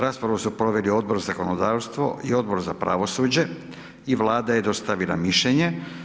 Raspravu su proveli Odbor za zakonodavstvo i Odbor za pravosuđe, i Vlada je dostavila mišljenje.